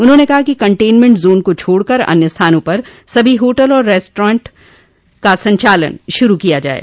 उन्होंने कहा कि कंटनमेंट जोन को छोड़कर अन्य स्थानों पर सभी होटल और रेस्टारेंट का संचालन शुरू किया जाये